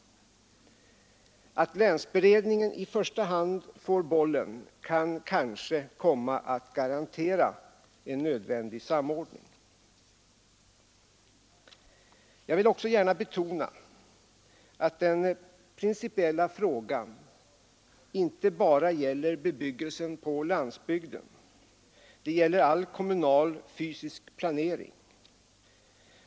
Att länsberedningen i första hand får bollen kan kanske komma att garantera en nödvändig samordning. Jag vill också gärna betona att den principiella frågan inte bara gäller bebyggelsen på landsbygden — det gäller all kommunal fysisk planering.